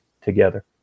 together